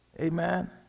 Amen